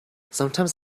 sometimes